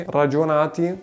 ragionati